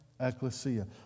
ecclesia